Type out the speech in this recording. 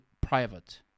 private